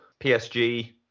PSG